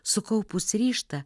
sukaupus ryžtą